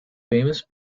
famous